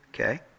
Okay